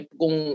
kung